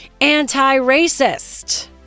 anti-racist